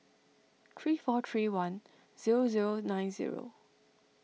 three four three one zero zero nine zero